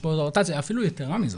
אפילו יתרה מזאת.